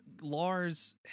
Lars